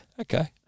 Okay